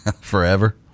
Forever